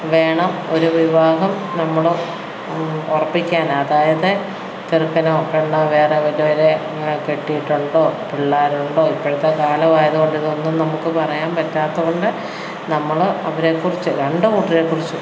വേണം ഒരു വിവാഹം നമ്മള് ഉറപ്പിക്കാൻ അതായത് ചെറുക്കനോ പെണ്ണോ വേറെ വല്ലവരെയും കെട്ടിയിട്ടുണ്ടോ പിള്ളേരുണ്ടോ ഇപ്പോഴത്തെ കാലമായതുകൊണ്ട് ഇതൊന്നും നമുക്ക് പറയാൻ പറ്റാത്തതുകൊണ്ട് നമ്മള് അവരെ കുറിച്ച് രണ്ടുകൂട്ടരേയും കുറിച്ച്